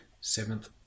seventh